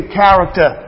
character